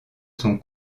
son